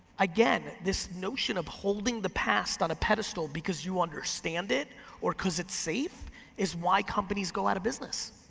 again, this notion of holding the past on a pedestal because you understand it or cause it's safe is why companies go out of business.